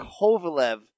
Kovalev